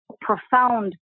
profound